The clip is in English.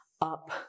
up